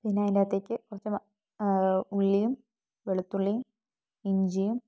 പിന്നെ അതിന്റകത്തേയ്ക്ക് കുറച്ച് ഉള്ളിയും വെളുത്തുള്ളിയും ഇഞ്ചിയും